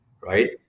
right